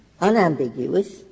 unambiguous